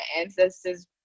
ancestors